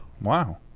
Wow